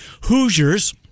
Hoosiers